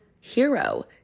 hero